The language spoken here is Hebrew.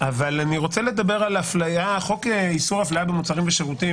אני רוצה לדבר על חוק איסור הפליה במוצרים ושירותים,